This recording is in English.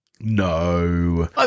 No